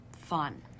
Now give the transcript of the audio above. fun